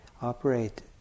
operate